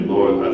Lord